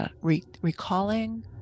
recalling